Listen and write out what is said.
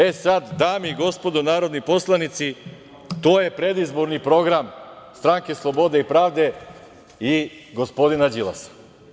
E, sada dame i gospodo narodni poslanici, to je predizborni program Stranke slobode i pravde i gospodina Đilasa.